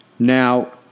Now